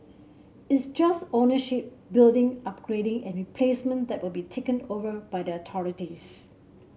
it's just ownership building upgrading and replacement that will be taken over by the authorities